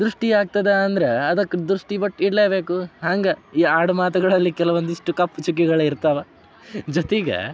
ದೃಷ್ಟಿ ಆಗ್ತದೆ ಅಂದ್ರೆ ಅದಕ್ಕೆ ದೃಷ್ಟಿ ಬೊಟ್ಟು ಇಡಲೇಬೇಕು ಹಂಗೆ ಈ ಆಡುಮಾತುಗಳಲ್ಲಿ ಕೆಲವೊಂದಿಷ್ಟು ಕಪ್ಪು ಚುಕ್ಕಿಗಳು ಇರ್ತವೆ ಜೊತೆಗೆ